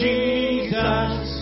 Jesus